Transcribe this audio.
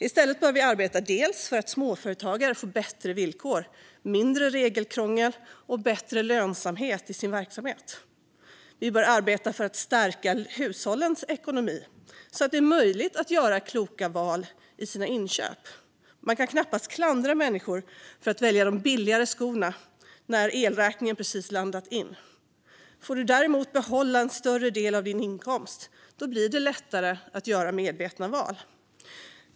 I stället bör vi arbeta för att småföretagare får bättre villkor, mindre regelkrångel och bättre lönsamhet i sin verksamhet. Vi bör arbeta för att stärka hushållens ekonomi så att det är möjligt att göra kloka val i sina inköp. Man kan knappast klandra människor för att välja billiga skor när elräkningen precis kommit. Den som däremot får behålla en större del av sin inkomst får lättare att göra medvetna val.